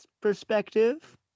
perspective